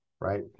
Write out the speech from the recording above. Right